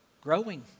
growing